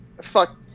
fuck